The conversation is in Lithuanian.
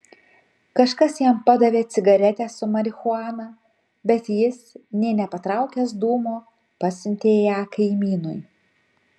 kažkas jam padavė cigaretę su marihuana bet jis nė nepatraukęs dūmo pasiuntė ją kaimynui